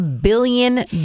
billion